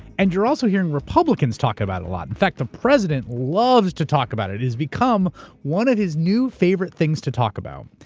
and you're also hearing republicans talk about it a lot. in fact the president loves to talk about it. it's become one of his new favorite things to talk about.